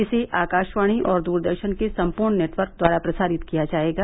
इसे आकाशवाणी और दूरदर्शन के संपूर्ण नेटवर्क द्वारा प्रसारित किया जायेगा